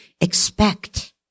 expect